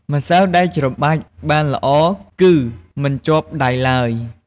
ម្សៅដែលច្របាច់បានល្អគឺមិនជាប់ដៃឡើយ។